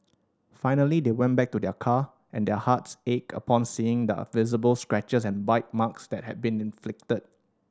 finally they went back to their car and their hearts ached upon seeing the visible scratches and bite marks that had been inflicted